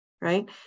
Right